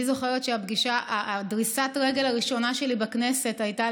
אני זוכרת שדריסת הרגל הראשונה שלי בכנסת הייתה,